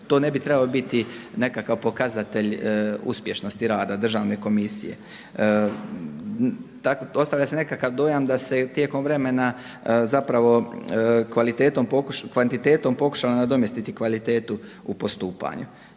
To ne bi trebao biti nekakav pokazatelj uspješnosti rada Državne komisije. Ostavlja se nekakav dojam da se tijekom vremena zapravo kvantitetom pokuša nadomjestiti kvalitetu u postupanju.